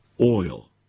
Oil